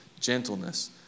gentleness